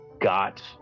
got